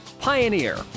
Pioneer